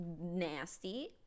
nasty